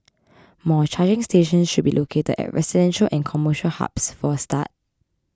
more charging stations should be located at residential and commercial hubs for a start